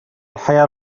الحياة